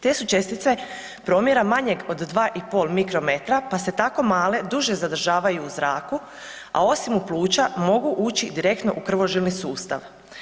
Te su čestice promjera manjeg od 2,5 mikrometra, pa se tako male duže zadržavaju u zraku, a osim u pluća mogu ući direktno u krvožilni sustav.